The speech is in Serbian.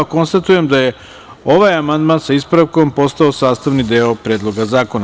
Konstatujem da je ovaj amandman sa ispravkom postao sastavni deo Predloga zakona.